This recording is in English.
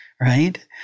right